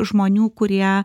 žmonių kurie